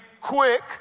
quick